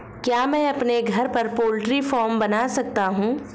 क्या मैं अपने घर पर पोल्ट्री फार्म बना सकता हूँ?